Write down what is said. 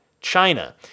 China